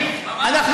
אתם,